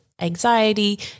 anxiety